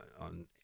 on